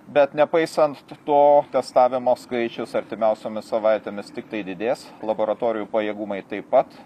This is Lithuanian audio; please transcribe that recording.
bet nepaisant to testavimo skaičius artimiausiomis savaitėmis tiktai didės laboratorijų pajėgumai taip pat